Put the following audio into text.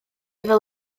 fel